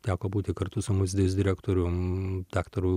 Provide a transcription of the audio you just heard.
teko būti kartu su muziejaus direktoriumi daktaru